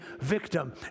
victim